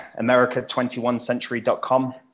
America21Century.com